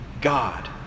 God